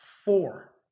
Four